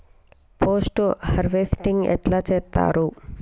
Post harvesting ఎట్ల చేత్తరు?